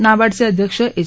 नाबार्डचे अध्यक्ष एच